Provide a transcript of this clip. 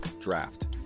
Draft